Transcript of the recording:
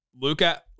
Luca